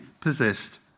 possessed